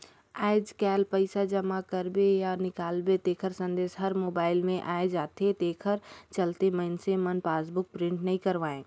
आयज कायल पइसा जमा करबे या निकालबे तेखर संदेश हर मोबइल मे आये जाथे तेखर चलते मइनसे मन पासबुक प्रिंट नइ करवायें